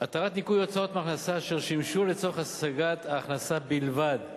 התרת ניכוי הוצאות מהכנסה אשר שימשו לצורך השגת ההכנסה בלבד.